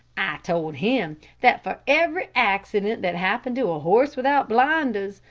i told him that for every accident that happened to a horse without blinders,